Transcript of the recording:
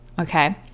Okay